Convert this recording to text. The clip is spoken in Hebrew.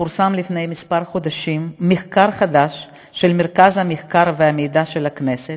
פורסם לפני כמה חודשים מחקר חדש של מרכז המחקר והמידע של הכנסת,